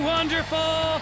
Wonderful